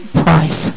price